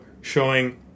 showing